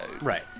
right